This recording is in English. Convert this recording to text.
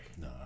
No